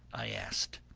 i asked.